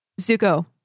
Zuko